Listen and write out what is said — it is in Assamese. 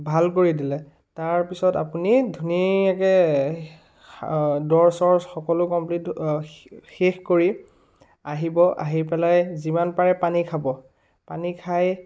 ভাল কৰি দিলে তাৰপিছত আপুনি ধুনীয়াকৈ দৰ চজ সকলো কম্প্লিট শেষ কৰি আহিব আহি পেলাই যিমান পাৰে পানী খাব পানী খাই